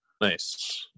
nice